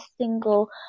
single